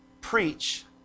preach